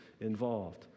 involved